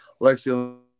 Lexi